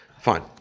Fine